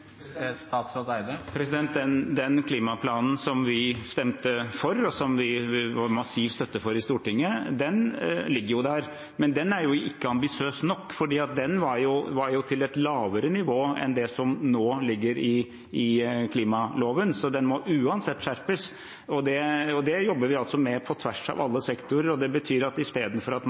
Den klimaplanen vi stemte for, og som det var massiv støtte for i Stortinget, den ligger jo der. Men den er ikke ambisiøs nok, for den var til et lavere nivå enn det som nå ligger i klimaloven, så den må uansett skjerpes, og det jobber vi altså med på tvers av alle sektorer. Det betyr at istedenfor at man